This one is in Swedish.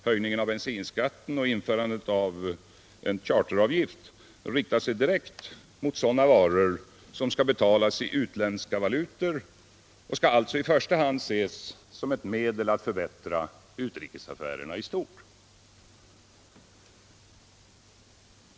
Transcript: Höjningen av bensinskatten och införandet av en charteravgift riktar sig direkt mot sådana varor som skall betalas i utländska valutor och skall alltså i första hand ses som ett medel att förbättra utrikesaffärerna i stort.